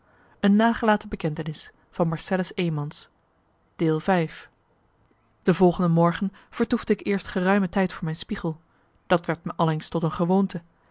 de volgende morgen vertoefde ik eerst geruime tijd voor mijn spiegel dat werd me allengs tot een gewoonte